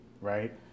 right